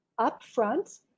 upfront